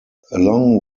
along